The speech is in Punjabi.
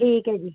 ਠੀਕ ਹੈ ਜੀ